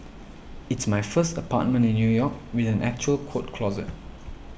it's my first apartment in New York with an actual coat closet